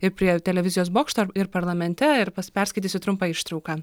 ir prie televizijos bokšto ir ir parlamente ir pas perskaitysiu trumpą ištrauką